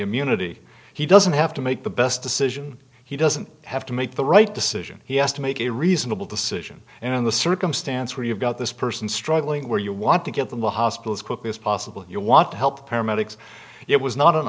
immunity he doesn't have to make the best decision he doesn't have to make the right decision he has to make a reasonable decision and in the circumstance where you've got this person struggling where you want to get the hospital as quickly as possible you want to help paramedics it was not an